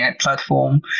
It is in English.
platform